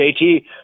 JT